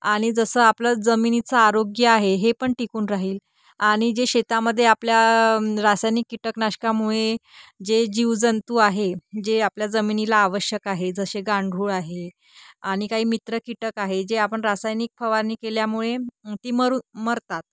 आणि जसं आपलं जमिनीचं आरोग्य आहे हे पण टिकून राहील आणि जे शेतामध्ये आपल्या रासायनिक कीटकनाशकामुळे जे जीवजंतू आहे जे आपल्या जमिनीला आवश्यक आहे जसे गांडूळ आहे आणि काही मित्र कीटक आहे जे आपण रासायनिक फवारणी केल्यामुळे ती मरू मरतात